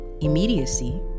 immediacy